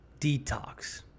detox